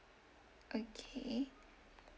okay